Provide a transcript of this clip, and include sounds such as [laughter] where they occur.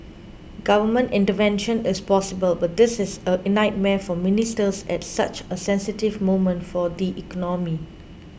government intervention is possible but this is a [unintelligible] nightmare for ministers at such a sensitive moment for the economy